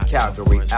Calgary